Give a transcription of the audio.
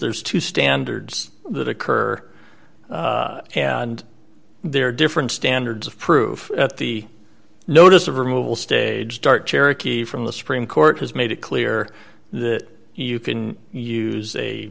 there's two standards that occur and there are different standards of proof at the notice of removal stage start cherokee from the supreme court has made it clear that you can use a